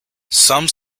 some